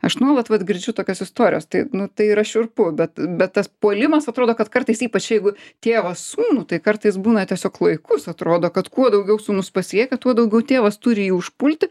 aš nuolat vat girdžiu tokias istorijas tai nu tai yra šiurpu bet bet tas puolimas atrodo kad kartais ypač jeigu tėvas sūnų tai kartais būna tiesiog klaikus atrodo kad kuo daugiau sūnus pasiekia tuo daugiau tėvas turi jį užpulti